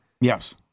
Yes